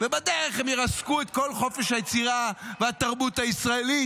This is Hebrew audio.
ובדרך הם ירסקו את כל חופש היצירה והתרבות הישראלית.